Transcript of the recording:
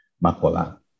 Makola